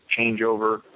changeover